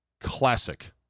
classic